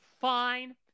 fine